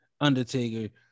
Undertaker